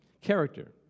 character